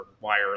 wire